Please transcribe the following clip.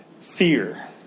fear